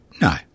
No